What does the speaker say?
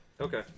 Okay